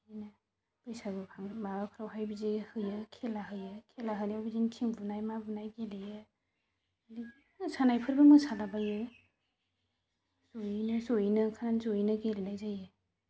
बैसागुफोराव माबाफोरावहाय बिदि होयो खेला होयो खेला होनायाव बिदिनो थिं बुनाय मा बुनाय गेलेयो मोसानायफोरबो मोसालाबायो ज'यैनो ज'यैनो गेलेनाय जायो